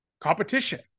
competition